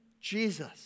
Jesus